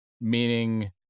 meaning